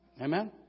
Amen